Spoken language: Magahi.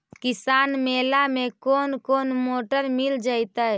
किसान मेला में कोन कोन मोटर मिल जैतै?